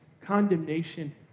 Condemnation